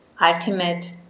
ultimate